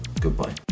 goodbye